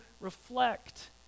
reflect